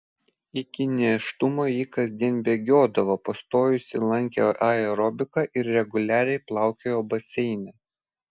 iki nėštumo ji kasdien bėgiodavo pastojusi lankė aerobiką ir reguliariai plaukiojo baseine